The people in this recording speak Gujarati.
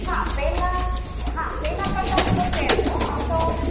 હા પહેલાં હા પહેલાં કરતાં થોડો ફેર છે હોં આમ તો